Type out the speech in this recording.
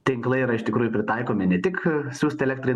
tinklai yra iš tikrųjų pritaikomi ne tik siųst elektrai